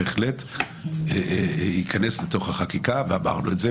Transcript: בהחלט זה ייכנס לחקיקה, ואמרנו את זה.